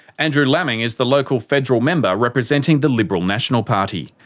andrew laming is the local federal member representing the liberal national party.